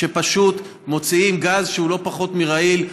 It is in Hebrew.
שפשוט מוציאים גז שהוא לא פחות מרעיל.